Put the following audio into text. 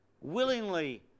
willingly